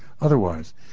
otherwise